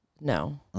No